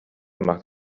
macht